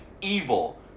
evil